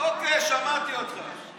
איפה החברים שלך פה?